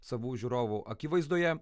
savų žiūrovų akivaizdoje